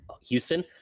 Houston